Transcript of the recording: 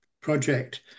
project